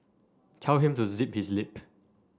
tell him to zip his lip